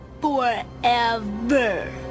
Forever